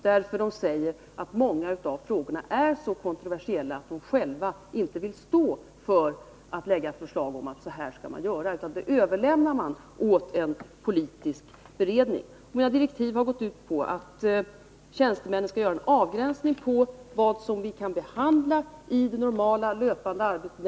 De säger nämligen att många av frågorna är så kontroversiella att de själv inte vill föreslå att man skall göra på ett visst sätt, utan överlämnar detta till den politiska beredningen. Mina direktiv har gått ut på att tjänstemännen skall göra en avgränsning i fråga om vad som kan behandlas i det normala, löpande arbetet.